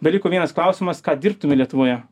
beliko vienas klausimas ką dirbtume lietuvoje